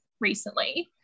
recently